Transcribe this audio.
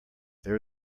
there